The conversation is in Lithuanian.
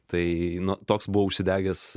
tai toks buvau užsidegęs